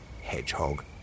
Hedgehog